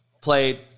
played